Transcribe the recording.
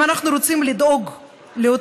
אם אנחנו רוצים לדאוג לאלה